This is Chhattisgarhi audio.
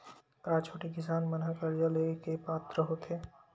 का छोटे किसान मन हा कर्जा ले के पात्र होथे?